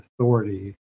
authority